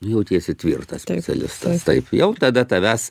jautiesi tvirtas specialistas taip jau tada tavęs